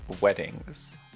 weddings